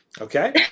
Okay